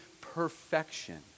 perfection